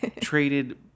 traded